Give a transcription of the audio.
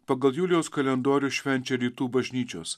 pagal julijaus kalendorių švenčia rytų bažnyčios